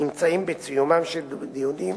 נמצאת בעיצומם של דיונים,